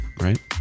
right